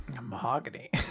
Mahogany